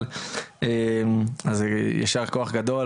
אז יישר כוח גדול,